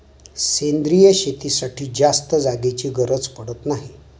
सेंद्रिय शेतीसाठी जास्त जागेची गरज पडत नाही